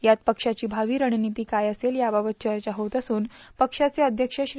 यात पक्षाची भावी रणनीती काय असेल या वाबत चर्चा होत असून पक्षाचे अध्यक्ष श्री